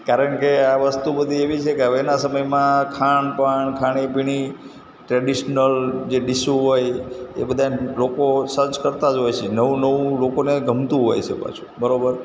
કારણ કે આ વસ્તુ બધી એવી છે કે હવેના સમયમાં ખાન પાન ખાણીપીણી ટ્રેડિશનલ જે ડીશો હોય એ બધાય લોકો સર્ચ કરતા જ હોય છે નવું નવું લોકોને ગમતું હોય છે પાછું બરોબર